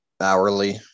hourly